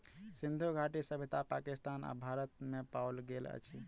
सिंधु घाटी सभ्यता पाकिस्तान आ भारत में पाओल गेल अछि